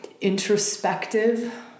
introspective